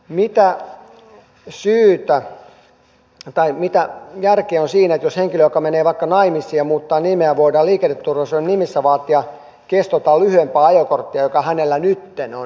mitä järkeä on siinä että henkilöltä joka menee vaikka naimisiin ja muuttaa nimeään voidaan liikenneturvallisuuden nimissä vaatia kestoltaan lyhyempää ajokorttia kuin hänellä nytten on